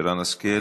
שרן השכל,